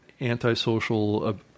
antisocial